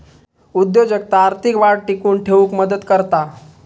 उद्योजकता आर्थिक वाढ टिकवून ठेउक मदत करता